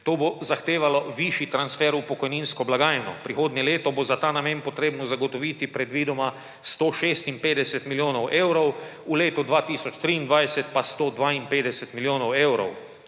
To bo zahtevalo višji transfer v pokojninsko blagajno. Prihodnje leto bo za ta namen potrebno zagotoviti predvidoma 156 milijonov evrov, v letu 2023 pa 152 milijonov evrov.